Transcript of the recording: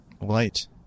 Light